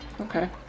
Okay